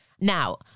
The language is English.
Now